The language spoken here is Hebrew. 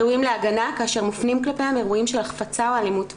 ראויים להגנה כאשר מופנים כלפיהם אירועים של החפצה או אלימות מינית.